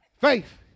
Faith